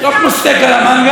לא כמו סטייק על המנגל,